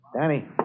Danny